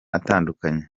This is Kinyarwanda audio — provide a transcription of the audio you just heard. atandukanye